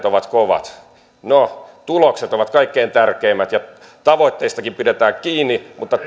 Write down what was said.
ovat kovat no tulokset ovat kaikkein tärkeimmät ja tavoitteistakin pidetään kiinni mutta